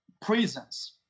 prisons